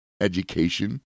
education